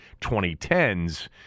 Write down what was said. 2010s